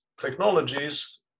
technologies